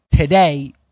today